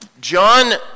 John